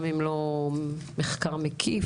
גם אם לא מחקר מקיף,